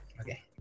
Okay